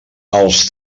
els